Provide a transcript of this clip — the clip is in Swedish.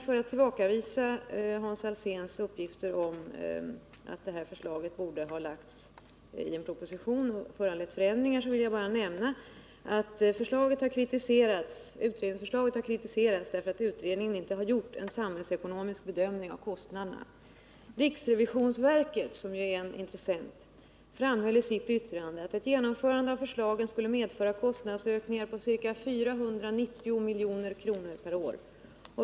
Föratt tillbakavisa Hans Alséns uppgifter om att det här förslaget borde ha lagts fram i en proposition och föranlett förändringar vill jag bara nämna, att utredningsförslagen har kritiserats bl.a. därför att utredningen inte har gjort en samhällsekonomisk bedömning av kostnaderna. Riksrevisionsverket, som ju är en intressent, framhöll i sitt yttrande att ett genomförande av förslagen skulle medföra kostnadsökningar på ca 490 milj.kr. per år.